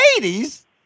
ladies